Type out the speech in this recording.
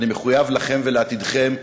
אני מחויב לכם ולעתידכם,